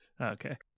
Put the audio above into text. Okay